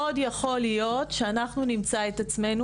מאוד יכול להיות שאנחנו נמצא את עצמנו,